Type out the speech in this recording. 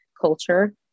culture